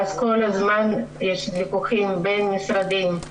ואז כל הזמן יש ויכוחים בין משרדים,